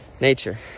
nature